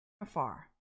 afar